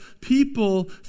people